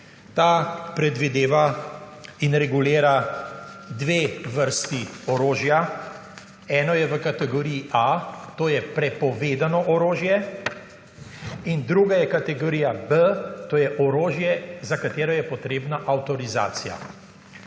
Ta predvideva in regulira dve vrsti orožja, eno je v kategoriji A, to je prepovedano orožje in druga je kategorija B, to je orožje, za katerega je potrebna avtorizacija.